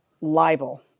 libel